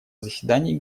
заседании